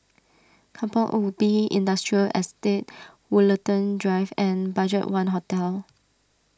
Kampong Ubi Industrial Estate Woollerton Drive and Budgetone Hotel